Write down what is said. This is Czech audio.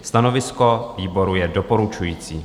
Stanovisko výboru je doporučující.